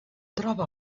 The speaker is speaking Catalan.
troba